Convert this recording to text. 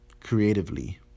creatively